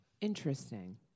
Interesting